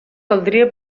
caldria